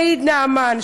העיד נעמן.